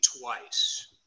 twice